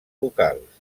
locals